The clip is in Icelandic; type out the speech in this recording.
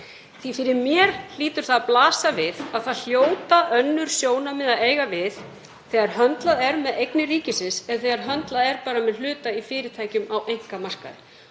að fyrir mér hlýtur það að blasa við að það hljóta önnur sjónarmið að eiga við þegar höndlað er með eignir ríkisins eða þegar höndlað er með hluta í fyrirtækjum á einkamarkaði.